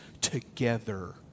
together